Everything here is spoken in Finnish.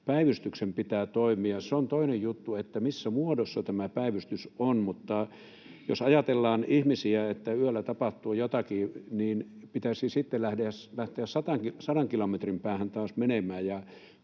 päivystyksen pitää toimia. Se on toinen juttu, missä muodossa tämä päivystys on. Mutta jos ajatellaan, että yöllä tapahtuu ihmiselle jotakin, niin pitäisi sitten lähteä sadan kilometrin päähän taas menemään,